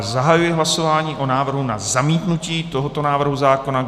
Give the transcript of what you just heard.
Zahajuji hlasování o návrhu na zamítnutí tohoto návrhu zákona.